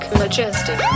majestic